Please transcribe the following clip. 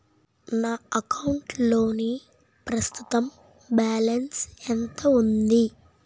నా అకౌంట్ లోని ప్రస్తుతం బాలన్స్ ఎంత ఉంది?